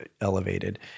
elevated